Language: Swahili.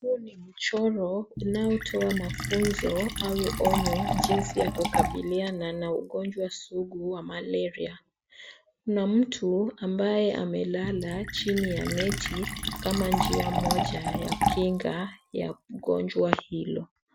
Huu ni mchoro, unaotoa mafunzo au onyo jinsi ya kukabiliana na ugonjwa sugu wa malaria. Kuna mtu ambaye amelala, chini ya neti, kama njia moja ya kinga ya gonjwa hilo.